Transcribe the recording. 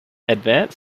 advance